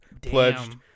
pledged